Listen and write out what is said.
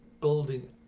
building